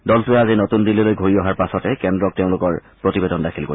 দলটোৱে আজি নতূন দিল্লীলৈ ঘূৰি অহাৰ পাছতে কেন্দ্ৰক তেওঁলোকৰ প্ৰতিবেদন দাখিল কৰিব